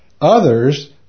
Others